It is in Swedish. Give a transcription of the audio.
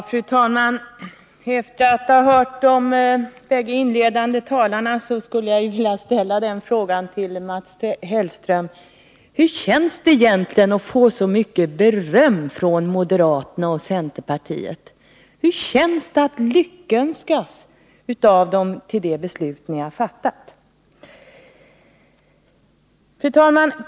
Fru talman! Efter att ha hört de bägge inledande talarna skulle jag vilja ställa frågan till Mats Hellström: Hur känns det egentligen att få så mycket beröm från moderaterna och centerpartiet? Hur känns det att lyckönskas till det beslut ni har fattat? Fru talman!